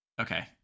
Okay